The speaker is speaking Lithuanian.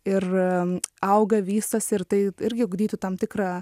ir auga vystosi ir tai irgi ugdytų tam tikrą